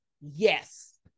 Yes